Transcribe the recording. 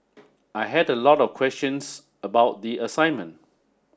I had a lot of questions about the assignment